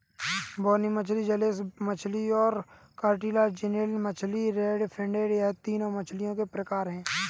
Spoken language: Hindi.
बोनी मछली जौलेस मछली और कार्टिलाजिनस मछली रे फिनेड यह तीन मछलियों के प्रकार है